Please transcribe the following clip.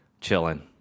chilling